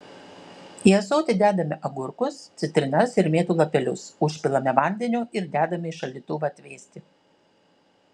į ąsoti dedame agurkus citrinas ir mėtų lapelius užpilame vandeniu ir dedame į šaldytuvą atvėsti